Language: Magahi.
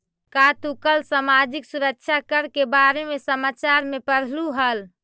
का तू कल सामाजिक सुरक्षा कर के बारे में समाचार में पढ़लू हल